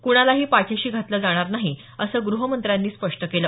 कूणालाही पाठीशी घातलं जाणार नाही असं गृहमंत्र्यांनी स्पष्ट केलं